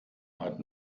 hat